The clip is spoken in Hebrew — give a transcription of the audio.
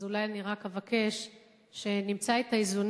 אז אולי אני רק אבקש שנמצא את האיזונים.